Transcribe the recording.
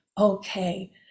okay